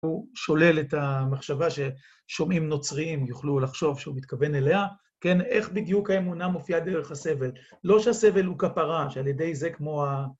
הוא שולל את המחשבה ששומעים נוצריים יוכלו לחשוב שהוא מתכוון אליה, כן, איך בדיוק האמונה מופיעה דרך הסבל. לא שהסבל הוא כפרה, שעל ידי זה כמו...